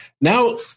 now